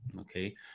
Okay